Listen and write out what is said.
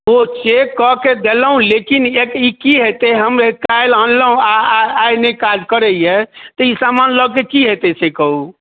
ओ check कऽके देलहुँ लेकिन ई की हेतय हम एकरा काल्हि अनलहुँ आओर आइ ने काज करइए तऽ ई सामान लऽके की हेतय से कहु